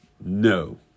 No